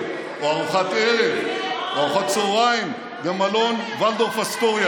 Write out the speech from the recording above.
או ארוחת ערב או ארוחת צוהריים במלון וולדורף אסטוריה,